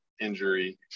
injury